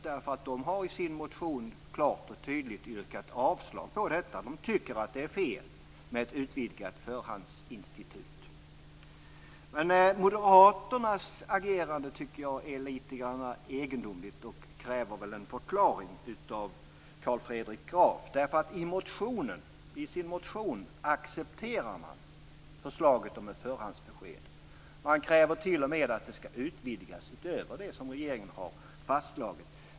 De har nämligen i sin motion klart och tydligt yrkat avslag på detta. De tycker att det är fel med ett utvidgat förhandsinstitut. Men moderaternas agerande tycker jag är litet egendomligt. Det kräver en förklaring av Carl Fredrik Graf. I sin motion accepterar man nämligen förslaget om ett förhandsbesked. Man kräver t.o.m. att det skall utvidgas utöver det som regeringen har fastslagit.